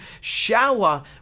shower